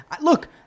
Look